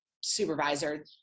supervisor